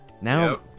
Now